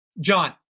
John